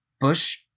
Bush